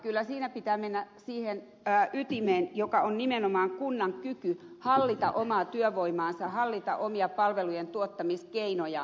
kyllä siinä pitää mennä asian ytimeen joka on nimenomaan kunnan kyky hallita omaa työvoimaansa hallita omia palvelujentuottamiskeinojaan